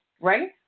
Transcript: right